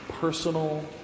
personal